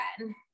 again